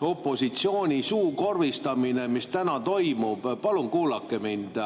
opositsiooni suukorvistamine, mis täna toimub … Palun kuulake mind!